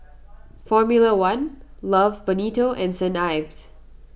formula one Love Bonito and Saint Ives